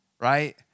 right